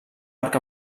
arc